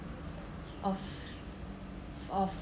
of of